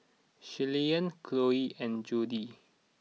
Shirleyann Chloe and Jody